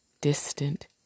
distant